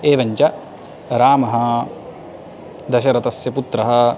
एवञ्च रामः दशरथस्य पुत्रः